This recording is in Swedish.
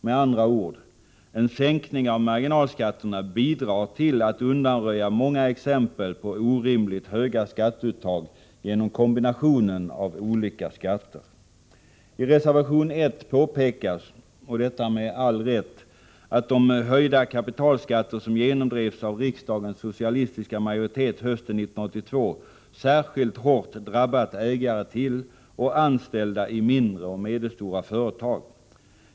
Med andra ord: En sänkning av marginalskatterna bidrar till att undanröja många exempel på orimligt höga skatteuttag genom kombinationen av olika skatter. I reservation 1 påpekas, med all rätt, att de höjda kapitalskatter som genomdrevs av riksdagens socialistiska majoritet hösten 1982 särskilt hårt drabbat ägare till och anställda i mindre och medelstora företag.